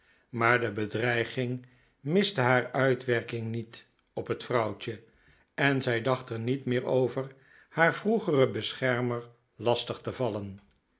maar de bedreiging miste haar uitwerking niet op het vrouwtje en zij dacht er niet meer over haar vroegeren beschermer lastig te vallen